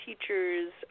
teachers